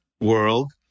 world